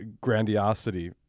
grandiosity